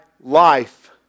life